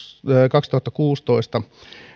kaksituhattakuusitoista